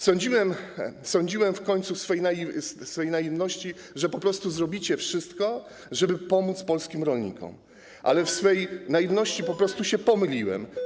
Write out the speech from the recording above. Sądziłem w końcu w swej naiwności, że po prostu zrobicie wszystko, żeby pomóc polskim rolnikom, ale w swej naiwności po prostu się pomyliłem.